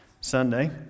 Sunday